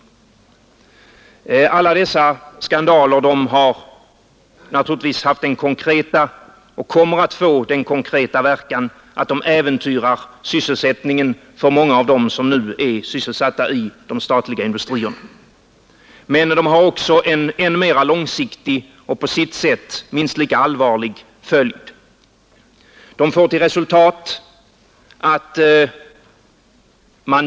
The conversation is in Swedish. Alla dessa skandaler har naturligtvis haft — och kommer att få — den konkreta verkan att de äventyrar sysselsättningen för många av dem som nu är sysselsatta i de statliga industrierna. Men de har också en ännu mera långsiktig och på sitt sätt minst lika allvarlig följd.